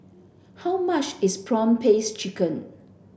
how much is prawn paste chicken